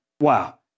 Wow